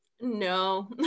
no